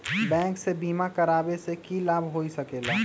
Bank से बिमा करावे से की लाभ होई सकेला?